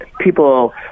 people